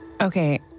Okay